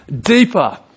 deeper